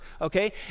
okay